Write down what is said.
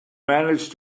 manage